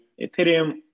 Ethereum